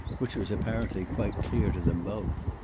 which was apparently quite clear to them both.